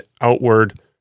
outward